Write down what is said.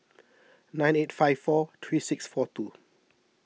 nine eight five four three six four two